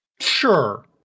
Sure